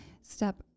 step